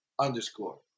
underscore